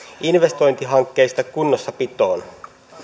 investointihankkeista kunnossapitoon